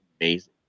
amazing